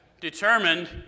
determined